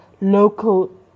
local